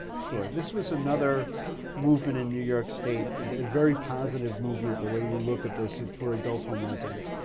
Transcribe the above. sure. this was another movement in new york state, a very positive movement the way we look at this for adult home residents.